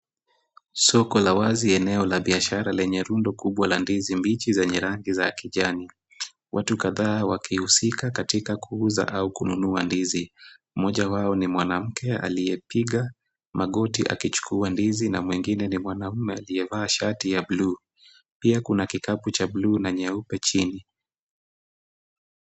Soko la wazi eneo la biashara lenye rundo kubwa la ndizi mbichi zenye rangi za kijani. Watu kadhaa wakihusika katika kuuza au kununua ndizi. Mmoja wao ni mwanamke aliyepiga magoti akichukua ndizi na mwingine ni mwanamume aliyevaa shati ya bluu. Pia kuna kikapu cha bluu na nyeupe chini.